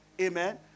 Amen